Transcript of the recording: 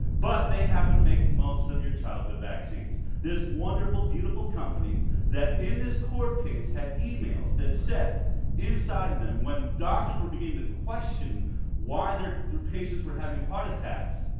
but they happen to make most of your childhood vaccines. this wonderful beautiful company that in this court case had emails that said inside of them when doctors were beginning to question why their their patients were having heart attacks,